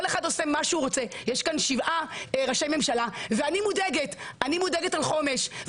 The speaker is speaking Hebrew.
יש פה שבעה ראשי ממשלה ואני מודאגת על חומש,